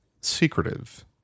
secretive